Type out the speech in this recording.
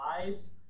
lives